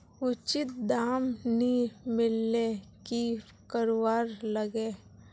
उचित दाम नि मिलले की करवार लगे?